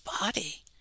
body